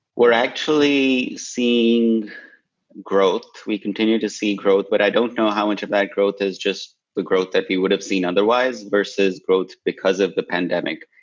we're actually seeing growth. we continue to see growth, but i don't know how much of that growth is just the growth that we would've seen otherwise versus growths because of the pandemic.